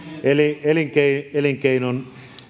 eli elinkeinon elinkeinon